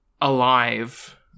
alive